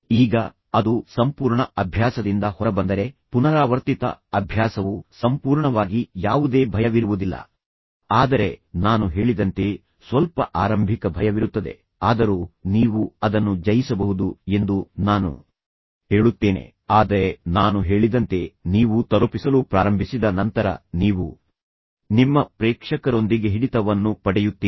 ಈಗ ಅದು ಸಂಪೂರ್ಣ ಅಭ್ಯಾಸದಿಂದ ಹೊರಬಂದರೆ ಪುನರಾವರ್ತಿತ ಅಭ್ಯಾಸವು ಸಂಪೂರ್ಣವಾಗಿ ಯಾವುದೇ ಭಯವಿರುವುದಿಲ್ಲ ಆದರೆ ನಾನು ಹೇಳಿದಂತೆ ಸ್ವಲ್ಪ ಆರಂಭಿಕ ಭಯವಿರುತ್ತದೆ ಆದರೂ ನೀವು ಅದನ್ನು ಜಯಿಸಬಹುದು ಎಂದು ನಾನು ಹೇಳುತ್ತೇನೆ ಆದರೆ ನಾನು ಹೇಳಿದಂತೆ ನೀವು ತಲುಪಿಸಲು ಪ್ರಾರಂಭಿಸಿದ ನಂತರ ನೀವು ನಿಮ್ಮ ಪ್ರೇಕ್ಷಕರೊಂದಿಗೆ ಹಿಡಿತವನ್ನು ಪಡೆಯುತ್ತೀರಿ